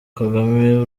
kagame